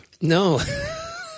No